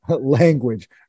language